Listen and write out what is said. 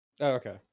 Okay